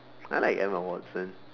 I like Emma Watson